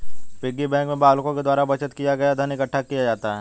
piggy bank में बालकों के द्वारा बचत किया गया धन इकट्ठा किया जाता है